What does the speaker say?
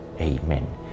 amen